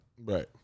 Right